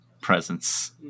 Presence